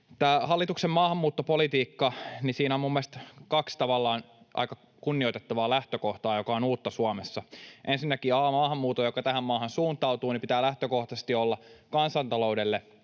hallituksen maahanmuuttopolitiikassa on minun mielestäni kaksi tavallaan aika kunnioitettavaa lähtökohtaa, mikä on uutta Suomessa. Ensinnäkin maahanmuuton, joka tähän maahan suuntautuu, pitää lähtökohtaisesti olla kansantaloudelle